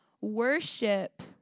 worship